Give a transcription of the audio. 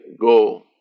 go